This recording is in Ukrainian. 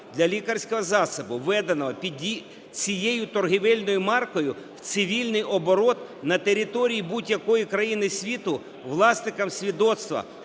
для лікарського засобу, введеного під цією торгівельною маркою в цивільний оборот на території будь-якої країни світу власником свідоцтва